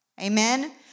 Amen